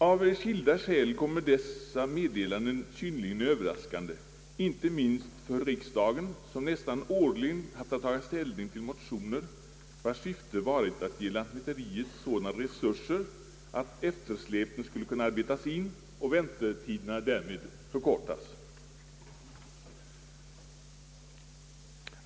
Av skilda skäl kommer dess meddelanden synnerligen överraskande, inte minst för riksdagen, som nästan årligen haft att taga ställning till motioner vars syfte varit att ge lantmäteriet sådana resurser att eftersläpningen skulle kunna arbetas in och väntetiderna därmed förkortas.